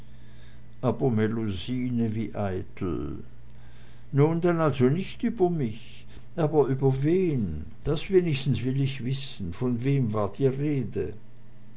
nun dann also nicht über mich aber über wen das wenigstens will ich wissen von wem war die rede